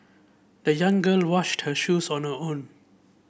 the young girl washed her shoes on her own